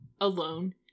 alone